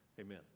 Amen